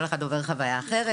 כל אחד עובר חוויה אחרת.